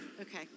Okay